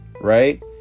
Right